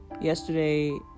yesterday